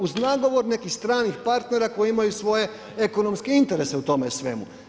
Uz nagovor nekih stranih partnera koji imaju svoje ekonomske interese u tome svemu.